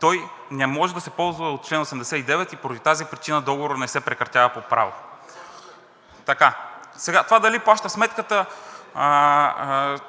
той не може да се ползва от чл. 89 и поради тази причина договорът не се прекратява по право. (Реплика от